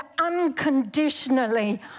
unconditionally